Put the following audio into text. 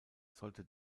sollte